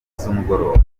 z’umugoroba